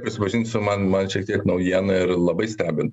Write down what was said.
prisipažinsiu man man šiek tiek naujiena ir labai stebin